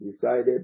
decided